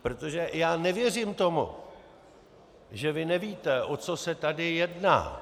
Protože já nevěřím tomu, že vy nevíte, o co se tady jedná.